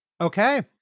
Okay